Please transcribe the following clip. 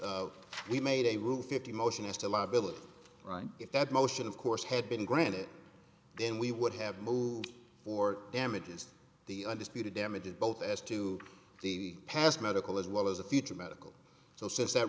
we made a rule fifty motion as to liability if that motion of course had been granted then we would have moved for damages the undisputed damages both as to the past medical as well as the future medical so says that